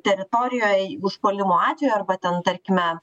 teritorijoje užpuolimo atveju arba ten tarkime